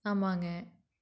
ஆமாங்க